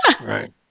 Right